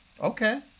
Okay